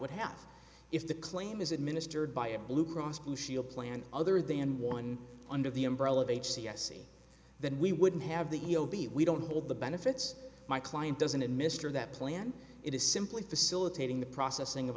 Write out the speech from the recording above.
would have if the claim is administered by a blue cross blue shield plan other than one under the umbrella of h c s e then we wouldn't have the e o p we don't hold the benefits my client doesn't it mr that plan it is simply facilitating the processing of